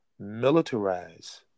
militarize